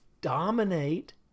Dominate